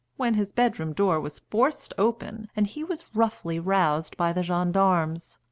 when his bedroom door was forced open and he was roughly roused by the gendarmes.